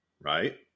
right